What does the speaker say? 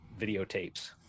videotapes